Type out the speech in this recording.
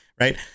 Right